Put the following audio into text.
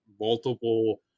multiple